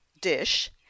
dish